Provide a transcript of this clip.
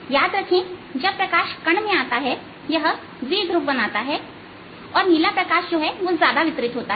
याद रखें जब प्रकाश कण में आता है यह द्विध्रुव बनाता है और नीला प्रकाश ज्यादा विकिरित होता है